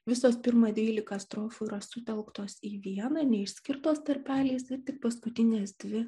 visos pirma dvylika strofų yra sutelktos į vieną neišskirtos tarpeliais ir tik paskutinės dvi